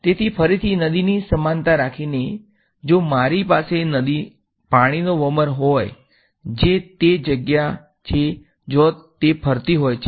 તેથી ફરીથી નદીની સમાનતા રાખીને જો મારી પાસે પાણીનો વમળ હોય જે તે જગ્યા છે જ્યાં તે ફરતી હોય છે